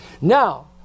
Now